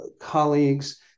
colleagues